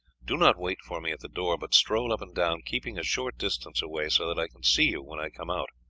do not wait for me at the door, but stroll up and down, keeping a short distance away, so that i can see you when i come out.